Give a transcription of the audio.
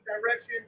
direction